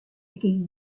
est